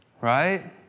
right